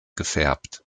gefärbt